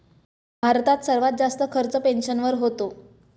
भारतात सर्वात जास्त खर्च पेन्शनवर होतो